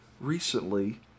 recently